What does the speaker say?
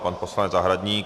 Pan poslanec Zahradník.